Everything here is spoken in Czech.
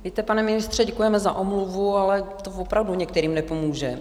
Víte, pane ministře, děkujeme za omluvu, ale to opravdu některým nepomůže.